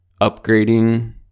upgrading